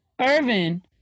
Irvin